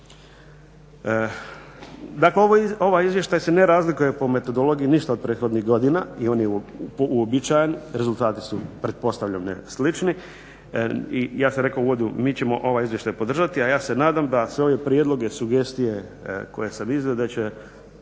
Dakle, ovaj izvještaj se ne razlikuje po metodologiji ništa od prethodnih godina i on je uobičajen, rezultati su pretpostavljam slični i ja sam rekao u uvodu mi ćemo ovaj izvještaj podržati, a ja se nadam da sve ove prijedloge, sugestije koje sam iznio da će